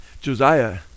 Josiah